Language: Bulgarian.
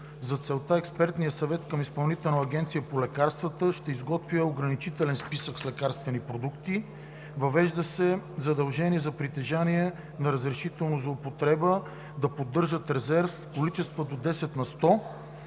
За целта Експертен съвет към Изпълнителната агенция по лекарствата ще изготвя ограничителен списък с лекарствени продукти. Въвежда се задължение към притежателите на разрешение за употреба да поддържат резерв в количества до 10 на сто